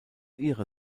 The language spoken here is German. ihrer